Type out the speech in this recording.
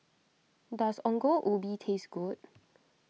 does Ongol Ubi taste good